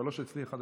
שלוש אצלי ואחת